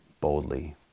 boldly